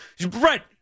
Brett